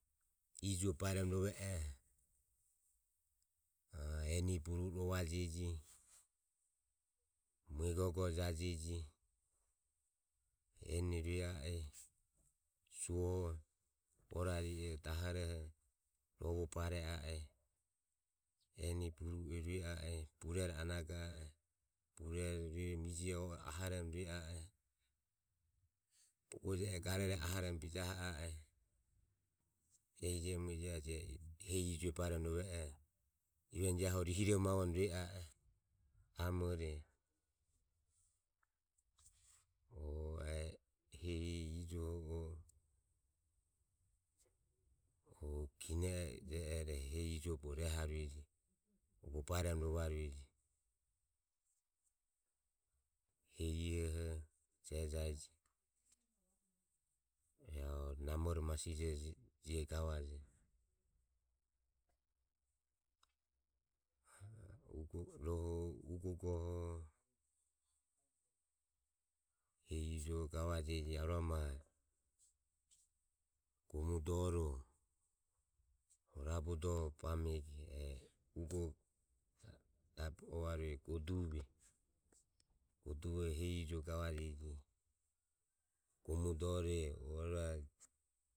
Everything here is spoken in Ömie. Ijue baeromo rove oho a eni e buru e rovajeji. mue gogo jajeji ene rue a e, sue o orari e numo bareje e jio a e, eni e buru e rue a e, bogo je oho anago a e jio ore ijo o e ahoromo rue a e, bogo je oho garore ahoromo bijaho a e. ehi je e mue jaje even hu rihiromavo bajavoromo rue a e amore o e hehi ijuoho hu kine o e je ero hehi ijuoho bogo rehoromo rovarueje hehi ihoho jeje e arue namoro masije jego gavarue. Goho hehi ijuoho gavajeji arua ma gomu doro raburo bamego e rabe uavarue guoduve, guoduvoho gavajeji hehi ijuoho gomu dore arua